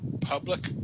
public